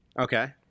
Okay